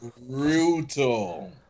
brutal